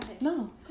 No